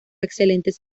excelentes